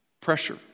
pressure